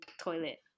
toilet